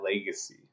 legacy